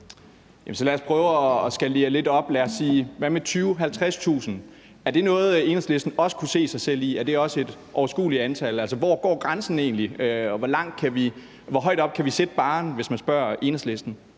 lad os prøve at skalere det lidt op. Hvad med 20.000-50.000? Er det noget, Enhedslisten også kunne se sig selv i, er det også et overskueligt antal? Altså, hvor går grænsen egentlig, og hvor højt op kan vi sætte barren, hvis man spørger Enhedslisten?